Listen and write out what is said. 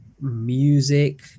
music